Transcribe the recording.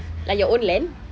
like your own land